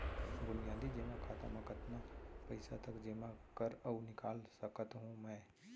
बुनियादी जेमा खाता म कतना पइसा तक जेमा कर अऊ निकाल सकत हो मैं?